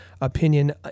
opinion